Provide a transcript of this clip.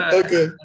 okay